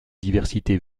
diversité